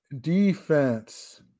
Defense